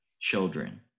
children